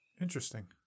Interesting